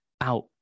out